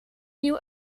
nieuw